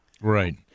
Right